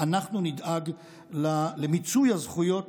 אנחנו נדאג למיצוי הזכויות